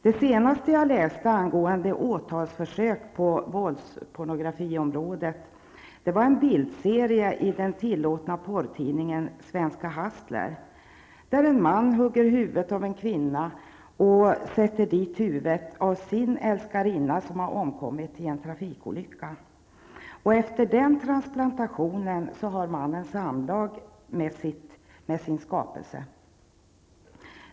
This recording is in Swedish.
Det senaste jag läste angående åtalsförsök på våldspornografiområdet gällde en bildserie i den tillåtna porrtidningen Svenska Hustler, där en man hugger huvudet av en kvinna och sätter dit huvudet av sin älskarinna, som har omkommit i en trafikolycka. Efter den transplantationen har mannen samlag med sin skapelse.